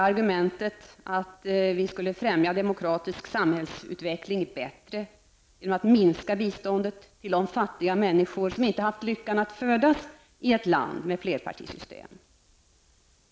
Argumentet är att vi skulle främja en demokratisk samhällsutveckling bättre genom att minska biståndet till de fattiga människor som inte har haft lyckan att födas i ett land med flerpartisystem.